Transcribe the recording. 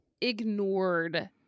ignored